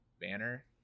banner